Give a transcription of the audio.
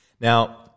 Now